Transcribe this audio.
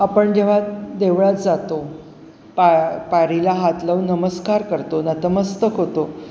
आपण जेव्हा देवळात जातो पा पायरीला हात लावून नमस्कार करतो नतमस्तक होतो